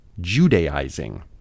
Judaizing